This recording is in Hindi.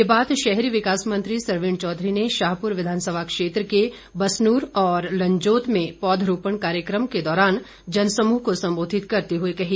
ये बात शहरी विकास मंत्री सरवीण चौधरी ने शाहपुर विधानसभा क्षेत्र के बसनूर के लंजोत में पौधारोपण कार्यक्रम के दौरान जनसमूह को संबोधित करते हुए कही